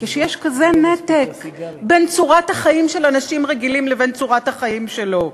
כשיש כזה נתק בין צורת החיים של אנשים רגילים לבין צורת החיים שלו?